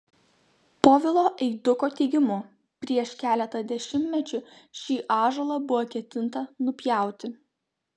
povilo eiduko teigimu prieš keletą dešimtmečių šį ąžuolą buvo ketinta nupjauti